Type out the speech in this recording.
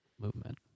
movement